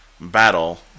battle